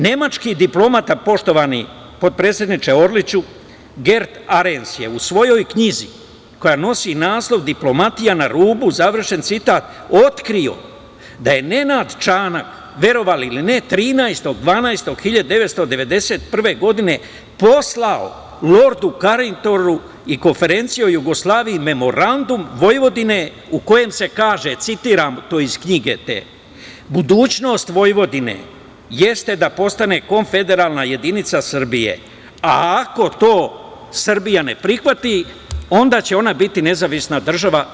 Nemački diplomata, poštovani potpredsedniče Orliću, Gert Arens je u svojoj knjizi, koja nosi naslov "Diplomatija na rubu" otkrio da je Nenad Čanak, verovali ili ne, 13. 12. 1991. godine poslao lordu Karingtonu i konferenciji o Jugoslaviji memorandum Vojvodine u kojem se kaže: "Budućnost Vojvodine jeste da postane konfederalna jedinica Srbije, a ako to Srbija ne prihvati, onda će ona biti nezavisna država"